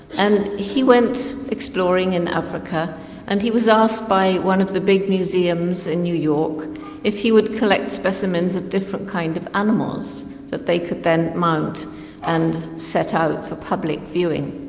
and he went exploring in africa and he was asked by one of the big museums in new york if he would collect specimens of different kinds of animals that they could then mount and set out for public viewing.